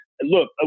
look